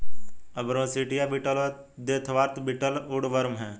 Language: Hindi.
अंब्रोसिया बीटल व देथवॉच बीटल वुडवर्म हैं